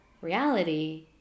reality